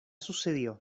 sucedió